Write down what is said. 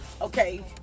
Okay